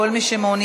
כל מי שמעוניין,